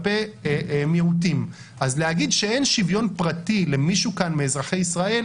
להגיד שאין שוויון פרטי למישהו כאן מאזרחי ישראל,